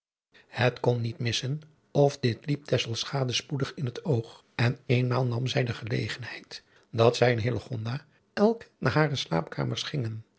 het kon niet missen of dit liep tesselschade spoedig in het oog en eenmaal nam zij de gelegenheid dat zij en hillegonda elk naar hare staapkamers gingen